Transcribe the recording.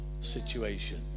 situation